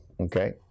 okay